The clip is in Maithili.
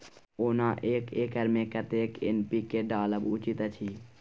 ओना एक एकर मे कतेक एन.पी.के डालब उचित अछि?